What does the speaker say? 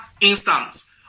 instance